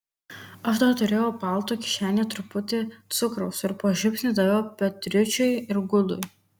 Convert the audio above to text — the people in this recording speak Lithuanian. aš dar turėjau palto kišenėje truputį cukraus ir po žiupsnį daviau petruičiui ir gudui